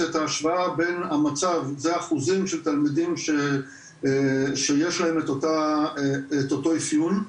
זה את ההשוואה בין המצב באחוזים של תלמידים שיש להם את אותו אפיון,